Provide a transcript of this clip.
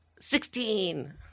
Sixteen